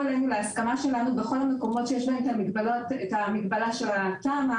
אלינו להסכמה שלנו בכל המקומות שיש להם את המגבלה של התמ"א.